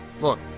Look